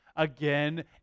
Again